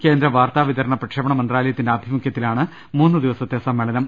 കേന്ദ്ര വാർത്താ വിതരണ പ്രക്ഷേപണ മന്ത്രാലയ ത്തിന്റെ ആഭിമുഖ്യത്തിലാണ് മൂന്ന് ദിവസത്തെ സമ്മേളനം